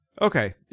Okay